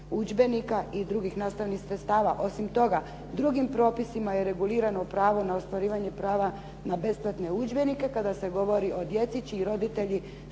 udžbenika i drugih nastavnih sredstava. Osim toga, drugim propisima je regulirano pravo na ostvarivanje prava na besplatne udžbenike kada se govori o djeci čiji roditelji